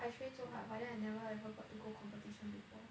I train so hard but then I never ever got to go competition before